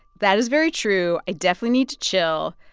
that is very true. i definitely need to chill.